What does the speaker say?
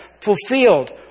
fulfilled